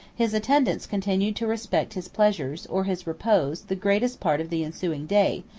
his attendants continued to respect his pleasures, or his repose, the greatest part of the ensuing day,